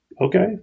okay